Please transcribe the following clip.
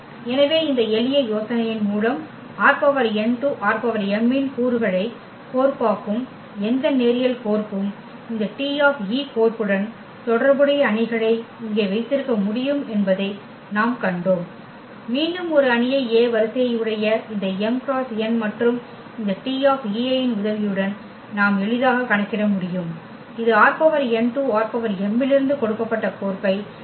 எனவே இந்த எளிய யோசனையின் மூலம் ℝn → ℝm இன் கூறுகளை கோர்பாக்கும் எந்த நேரியல் கோர்ப்பும் இந்த T கோர்ப்புடன் தொடர்புடைய அணிகளை இங்கே வைத்திருக்க முடியும் என்பதை நாம் கண்டோம் மீண்டும் ஒரு அணியை A வரிசையை உடைய இந்த m குறுக்கு n மற்றும் இந்த T 's இன் உதவியுடன் நாம் எளிதாகக் கணக்கிட முடியும் இது ℝn → ℝm இலிருந்து கொடுக்கப்பட்ட கோர்ப்பை சரியாகக் கொடுக்கும்